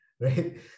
right